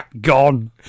gone